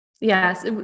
yes